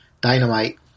Dynamite